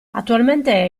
attualmente